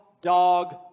dog